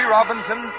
Robinson